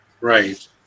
Right